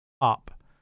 up